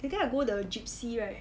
that day I go the Jypsy right